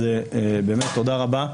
באמת תודה רבה.